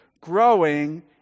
growing